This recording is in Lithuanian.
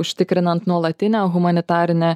užtikrinant nuolatinę humanitarinę